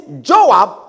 Joab